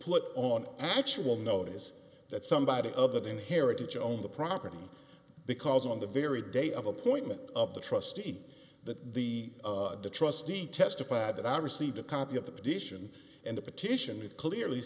put on actual notice that somebody other than heritage owned the property because on the very day of appointment of the trustee that the trustee testified that i received a copy of the petition and the petition it clearly